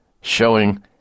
showing